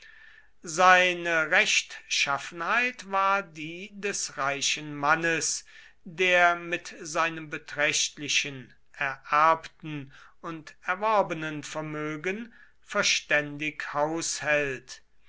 seine rechtschaffenheit war die des reichen mannes der mit seinem beträchtlichen ererbten und erworbenen vermögen verständig